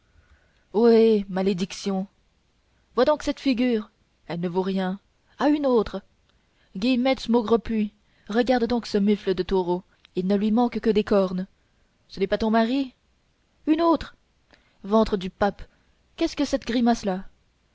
hé malédiction vois donc cette figure elle ne vaut rien à une autre guillemette maugerepuis regarde donc ce mufle de taureau il ne lui manque que des cornes ce n'est pas ton mari une autre ventre du pape qu'est-ce que cette grimace là